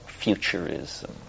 Futurism